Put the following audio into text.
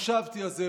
וחשבתי על זה.